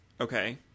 Okay